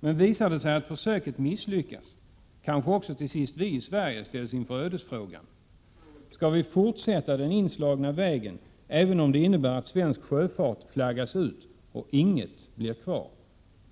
——— Men visar det sig att försöket misslyckas kanske också till sist vi i Sverige ställs inför ödesfrågan: Ska vi fortsätta den inslagna vägen även om det innebär att svensk sjöfart flaggas ut och inget blir kvar?